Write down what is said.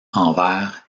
envers